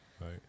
right